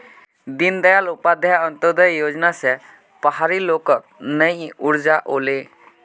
दीनदयाल उपाध्याय अंत्योदय योजना स पहाड़ी लोगक नई ऊर्जा ओले